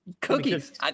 Cookies